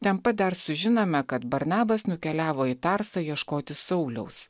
ten pat dar sužinome kad barnabas nukeliavo į tarsą ieškoti sauliaus